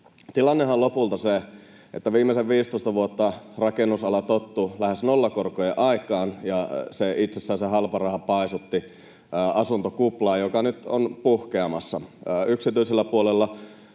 Tilannehan on lopulta se, että viimeiset viisitoista vuotta rakennusala tottui lähes nollakorkojen aikaan ja itsessään se halpa raha paisutti asuntokuplaa, joka nyt on puhkeamassa. Yksityisellä rahalla